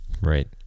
right